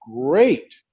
great